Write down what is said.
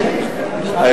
עכשיו?